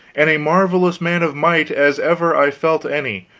and a marvelous man of might as ever i felt any,